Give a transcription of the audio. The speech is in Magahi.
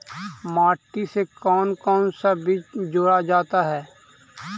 माटी से कौन कौन सा बीज जोड़ा जाता है?